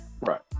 Right